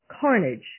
Carnage